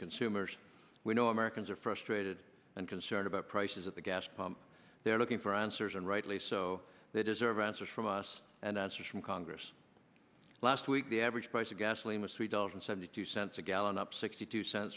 consumers we know americans are frustrated and concerned about prices at the gas pump they are looking for answers and rightly so they deserve answers from us and answers from congress last week the average price of gasoline was three dollars and seventy two cents a gallon up sixty two cents